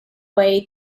way